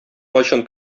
кайчан